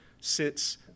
sits